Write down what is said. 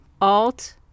Alt